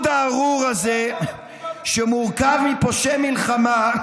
המילה הזאת קיימת הרבה לפני המאה ה-20,